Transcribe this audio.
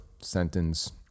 sentence